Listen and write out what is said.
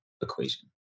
equation